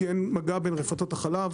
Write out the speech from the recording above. כי אין מגע בין רפתות החלב,